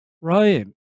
Ryan